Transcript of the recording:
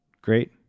great